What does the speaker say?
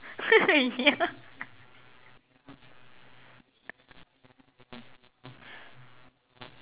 ya